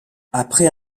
après